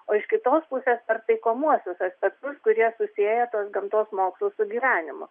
o iš kitos pusės per taikomuosius aspektus kurie susieja tuos gamtos mokslus su gyvenimu